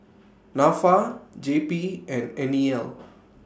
Nafa J P and N E L